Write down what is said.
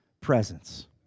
presence